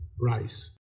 rice